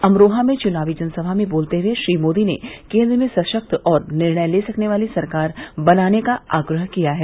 अमरोहा में चुनावी जनसभा में बोलते हुए श्री मोदी ने केन्द्र में सशक्त और निर्णय ले सकने वाली सरकार बनाने का आग्रह किया है